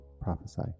prophesy